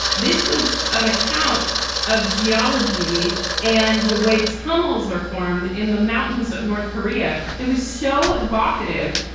this was an account of geology and the way tunnels are formed in the mountains of north korea. that was so evocative.